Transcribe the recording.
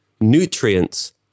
nutrients